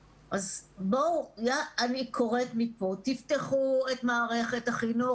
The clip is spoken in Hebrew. בואו, אני קוראת לפתוח את מערכת החינוך.